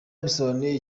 bisobanuye